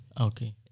Okay